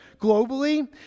globally